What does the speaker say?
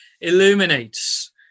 illuminates